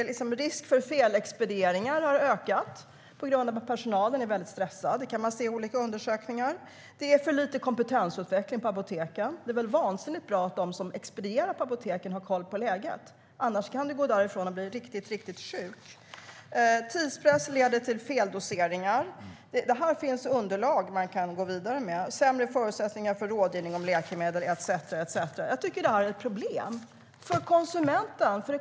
Risken för felexpediering har ökat på grund av att personalen är stressad. Det kan vi se i olika undersökningar. Det är för lite kompetensutveckling på apoteken. Det är vansinnigt bra om de som expedierar på apoteken har koll på läget. Annars kan man gå därifrån och bli riktigt sjuk. Tidspress leder till feldoseringar. Det finns underlag man kan gå vidare med. Det är sämre förutsättningar för rådgivning om läkemedel etcetera. Detta är ett problem för konsumenten.